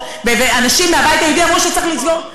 ואנשים מהבית היהודי אמרו שצריך לזכור,